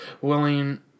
willing